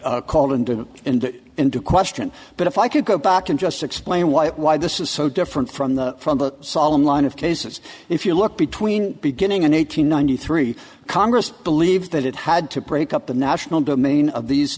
called in the in the into question but if i could go back and just explain why it why this is so different from the from the solemn line of cases if you look between beginning and eight hundred ninety three congress believes that it had to break up the national domain of these